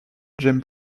james